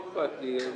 לא אכפת לי,